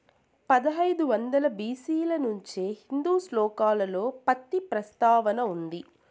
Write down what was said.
పదహైదు వందల బి.సి ల నుంచే హిందూ శ్లోకాలలో పత్తి ప్రస్తావన ఉంది